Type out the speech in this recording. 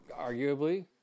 arguably